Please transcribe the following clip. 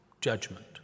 judgment